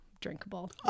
drinkable